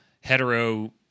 hetero